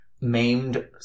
maimed